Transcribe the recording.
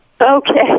Okay